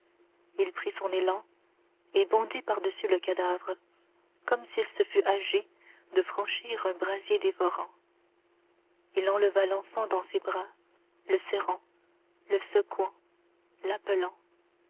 il prit son élan et bondit par-dessus le cadavre comme s'il se fût agi de franchir un brasier dévorant il enleva l'enfant dans ses bras le serrant le secouant l'appelant